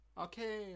Okay